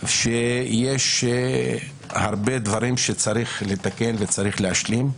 שיש הרבה דברים שצריך לתקן ולהשלים.